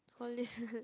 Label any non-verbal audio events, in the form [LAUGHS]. holi~ [LAUGHS]